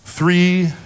three